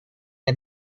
les